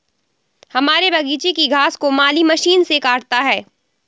हमारे बगीचे की घास को माली मशीन से काटता है